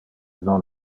non